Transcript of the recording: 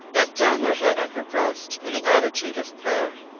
bent down her head on her breast in the attitude of prayer.